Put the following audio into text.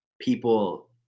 people